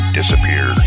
disappear